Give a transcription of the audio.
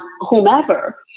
whomever